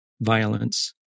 violence